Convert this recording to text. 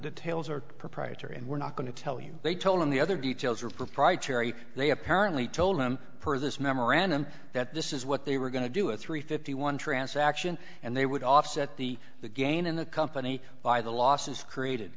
details are proprietary and we're not going to tell you they told him the other details are proprietary they apparently told him per this memorandum that this is what they were going to do a three fifty one transaction and they would offset the the gain in the company by the losses created